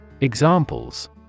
Examples